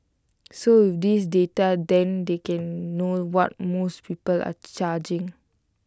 so this data then they can know what most people are charging